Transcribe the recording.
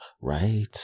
right